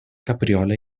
capriola